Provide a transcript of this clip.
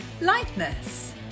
lightness